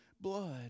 blood